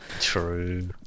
True